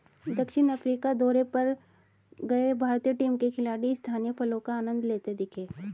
दक्षिण अफ्रीका दौरे पर गए भारतीय टीम के खिलाड़ी स्थानीय फलों का आनंद लेते दिखे